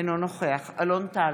אינו נוכח אלון טל,